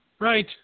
Right